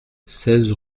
seize